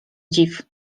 dziw